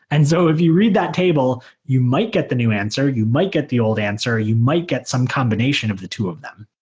and so if you read that table, you might get the new answer, you might get the old answer, you might get some combination of the two of them.